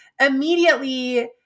immediately